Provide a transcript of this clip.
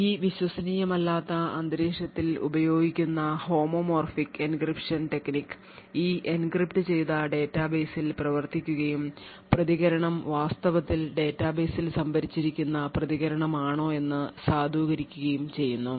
ഈ വിശ്വസനീയമല്ലാത്ത അന്തരീക്ഷത്തിൽ ഉപയോഗിക്കുന്ന ഹോമോമോർഫിക് എൻക്രിപ്ഷൻ ടെക്നിക് ഈ എൻക്രിപ്റ്റ് ചെയ്ത ഡാറ്റാബേസിൽ പ്രവർത്തിക്കുകയും പ്രതികരണം വാസ്തവത്തിൽ ഡാറ്റാബേസിൽ സംഭരിച്ചിരിക്കുന്ന പ്രതികരണമാണോ എന്ന് സാധൂകരിക്കുകയും ചെയ്യുന്നു